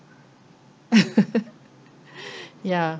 ya